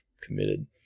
committed